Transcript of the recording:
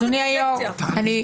אדוני היושב-ראש --- חמאה זה פרוטקציה.